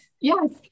yes